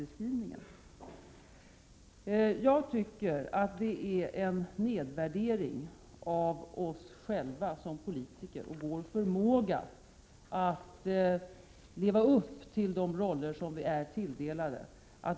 Att påstå att vi inte skulle klara att hantera även en sådan här fråga inför en valrörelse vore en nedvärdering av oss själva som politiker och av vår förmåga att leva upp till de roller som vi är tilldelade.